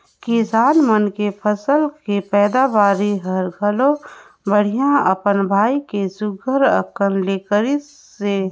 किसान मन के फसल के पैदावरी हर घलो बड़िहा अपन भाई के सुग्घर अकन ले करिसे